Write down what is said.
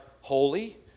holy